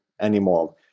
anymore